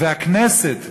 והכנסת,